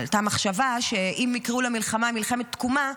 עלתה המחשבה שאם יקראו למלחמה מלחמת תקומה,